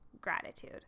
gratitude